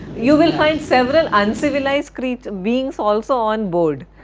you will find several uncivilized creatures, beings also on board.